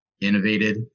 innovated